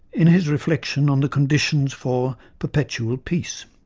in his reflection on the conditions for perpetual peace.